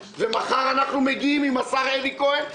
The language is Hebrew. מחר אנחנו מגיעים עם השר אלי כהן.